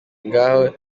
ngaho